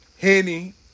Henny